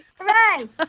Hooray